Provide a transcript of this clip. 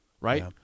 right